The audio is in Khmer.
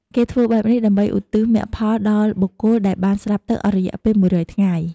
គេធ្ចើបែបនេះ ដើម្បីឧទ្ទិសមគ្គផលដល់បុគ្គលដែលបានស្លាប់ទៅអស់រយៈពេល ១០០ ថ្ងៃ។